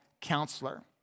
counselor